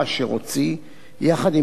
יחד עם רבנים נוספים,